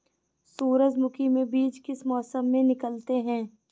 सूरजमुखी में बीज किस मौसम में निकलते हैं?